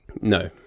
No